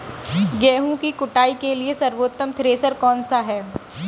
गेहूँ की कुटाई के लिए सर्वोत्तम थ्रेसर कौनसा है?